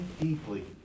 deeply